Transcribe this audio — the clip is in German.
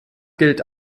gilt